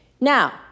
Now